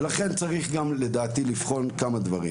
לכן, לדעתי צריך גם לבחון כמה דברים